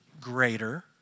greater